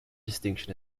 distinction